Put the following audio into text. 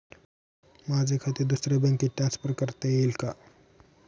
माझे खाते दुसऱ्या बँकेत ट्रान्सफर करता येईल का?